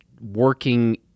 working